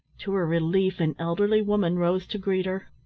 to her relief an elderly woman rose to greet her.